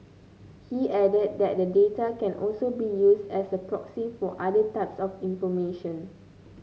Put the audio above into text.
he added that the data can also be used as a proxy for other types of information